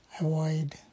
Avoid